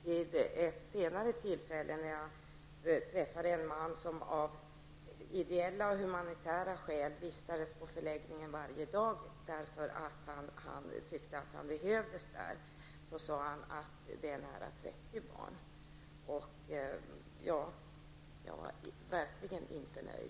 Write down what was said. Vid ett senare tillfälle när jag träffade en man, som av ideella och humanitära skäl vistades i förläggningen varje dag, eftersom han tyckte att han behövdes där, fick jag veta att det fanns nära 30 barn. Jag var verkligen inte nöjd.